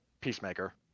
Peacemaker